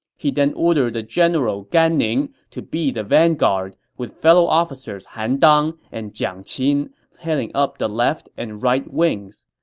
he then ordered the general gan ning to be the vanguard, with fellow officers han dang and jiang qin heading up the left and right wings,